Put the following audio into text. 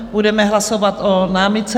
Budeme hlasovat o námitce.